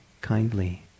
kindly